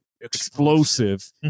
explosive